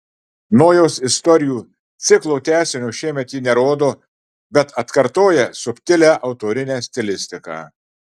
nojaus istorijų ciklo tęsinio šiemet ji nerodo bet atkartoja subtilią autorinę stilistiką